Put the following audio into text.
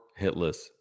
hitless